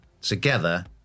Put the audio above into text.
together